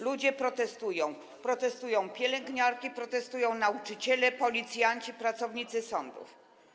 Ludzie protestują, protestują pielęgniarki, protestują nauczyciele, policjanci, pracownicy sądów.